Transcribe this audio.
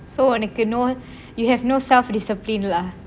so உனக்கு:unakku no you have no self discipline lah